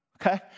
okay